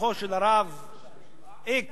שלוחו של הרב x,